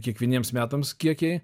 kiekvieniems metams kiekiai